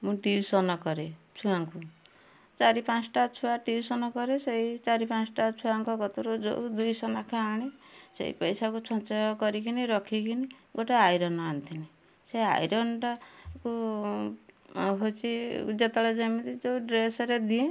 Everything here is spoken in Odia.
ମୁଁ ଟିଉସନ୍ କରେ ଛୁଆଙ୍କୁ ଚାରି ପାଞ୍ଚ୍ ଟା ଛୁଆ ଟିଉସନ୍ କରେ ସେଇ ଚାରି ପାଞ୍ଚ୍ ଟା ଛୁଆଙ୍କ କତୁରୁ ଯୋଉ ଦୁଇଶହ ନେଖା ଆଣେ ସେଇ ପଇସାକୁ ସଞ୍ଚୟ କରିକିନି ରଖିକିନି ଗୋଟେ ଆଇରନ୍ ଆଣିଥିଲି ସେ ଆଇରନ୍ ଟାକୁ ଆଉ ହେଉଛି ଯେତେବେଳେ ଯେମିତି ଯୋଉ ଡ୍ରେସରେ ଦିଏଁ